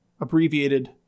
abbreviated